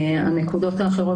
הנקודות האחרות,